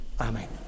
Amen